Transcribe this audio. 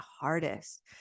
hardest